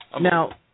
Now